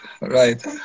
right